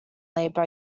labor